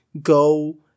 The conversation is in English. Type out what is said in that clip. go